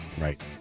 right